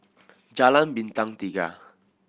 Jalan Bintang Tiga